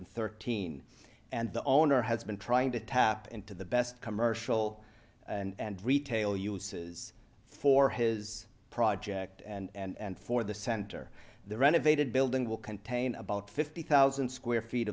and thirteen and the owner has been trying to tap into the best commercial and retail uses for his project and for the center the renovated building will contain about fifty thousand square feet